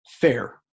fair